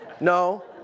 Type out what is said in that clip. No